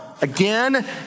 again